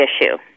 issue